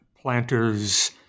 planters